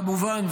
כמובן,